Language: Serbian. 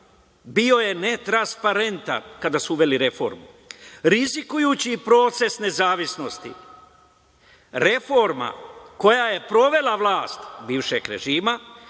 bio je netransparentan kada su uveli reformu. Rizikujući proces nezavisnosti reforma koja je provela vlast bivšeg režima